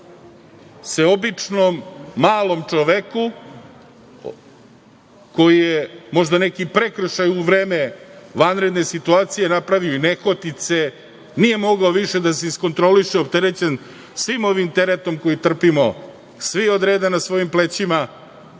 se običnom, malom čoveku, koji je možda neki prekršaj u vreme vanredne situacije napravio i nehotice, nije mogao više da se iskontroliše opterećen svim ovim teretom koji trpimo svi od reda na svojim plećima,